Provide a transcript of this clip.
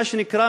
מה שנקרא,